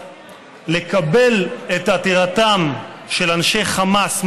לקבל את עתירתם של אנשי חמאס מורשעים,